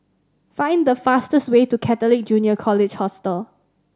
find fastest way to Catholic Junior College Hostel